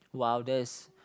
!wow! that is